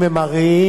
אם הם עריריים,